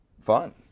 fun